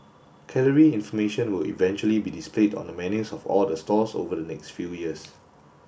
calorie information will eventually be displayed on the menus of all the stalls over the next few years